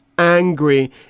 Angry